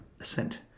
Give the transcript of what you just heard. assent